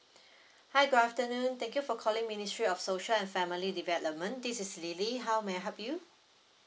hi good afternoon thank you for calling ministry of social and family development this is lily how may I help you